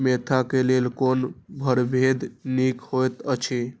Mentha क लेल कोन परभेद निक होयत अछि?